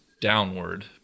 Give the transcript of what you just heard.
downward